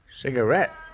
Cigarette